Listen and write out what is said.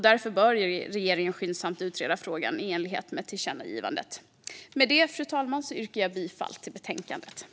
Därför bör regeringen skyndsamt utreda frågan i enlighet med tillkännagivandet. Med det, fru talman, yrkar jag bifall till utskottets förslag i betänkandet.